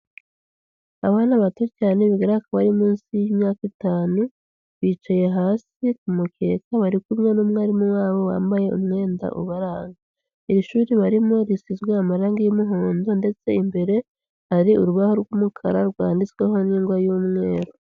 Abana bato cyane bigaragara ko bari munsi y'imyaka itanu, bicaye hasi ku mukeka, bari kumwe n'umwarimu wabo wambaye umwenda ubaranga, iri shuri barimo risizwe amarangi y'umuhondo ndetse imbere hari urubaho rw'umukara rwanditsweho n'ingwa y'umweru.